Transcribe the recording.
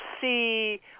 see